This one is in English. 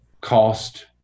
cost